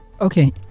Okay